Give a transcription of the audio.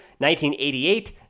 1988